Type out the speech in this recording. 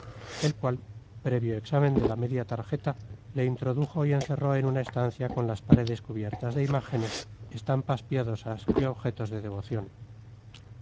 el cual previo examen de la media tarjeta le introdujo y encerró en una estancia con las paredes cubiertas de imágenes estampas piadosas y objetos de devoción